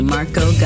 Marco